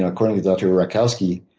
ah according to dr. rakowski,